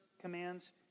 commands